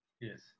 yes